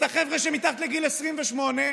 את החבר'ה שמתחת לגיל 28,